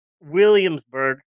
Williamsburg